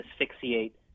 asphyxiate